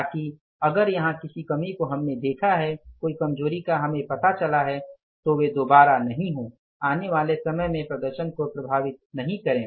ताकि अगर यहाँ किसी कमी को हमने देखा है कोई कमजोरी का हमें पता चला है तो वे दोबारा नहीं हों आने वाले समय में प्रदर्शन को प्रभावित न करें